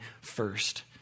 first